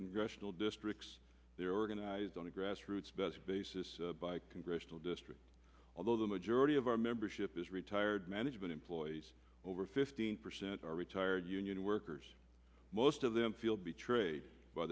congressional districts they're organized on a grassroots best basis by congressional district although the majority of our membership is retired management employees over fifteen percent are retired union workers most of them feel betrayed by